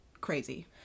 Crazy